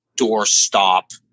doorstop